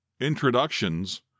introductions